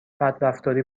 بدرفتاری